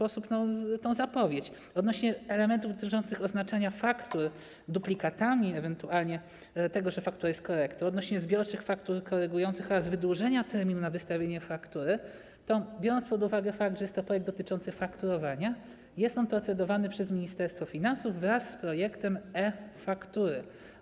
Odnośnie do elementów dotyczących oznaczania faktur duplikatami, ewentualnie tego, że faktura jest korektą, odnośnie do zbiorczych faktur korygujących oraz wydłużenia terminu na wystawienie faktury, to biorąc pod uwagę fakt, że jest to projekt dotyczący fakturowania, jest on procedowany przez Ministerstwo Finansów wraz z projektem e-faktury.